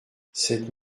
cette